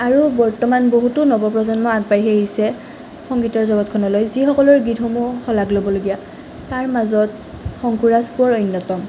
আৰু বৰ্তমান বহুতো নৱপ্ৰজন্ম আগবাঢ়ি আহিছে সংগীতৰ জগতখনলৈ যিসকলৰ গীতসমূহ শলাগ ল'বলগীয়া তাৰমাজত শংকুৰাজ কোঁৱৰ অন্যতম